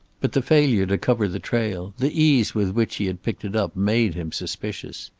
but the failure to cover the trail, the ease with which he had picked it up, made him suspicious.